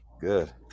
Good